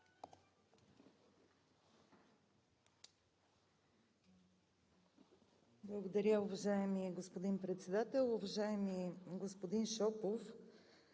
Благодаря, уважаеми господин Председател. Уважаеми господин Шопов,